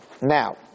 Now